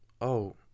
Oh